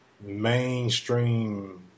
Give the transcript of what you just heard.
mainstream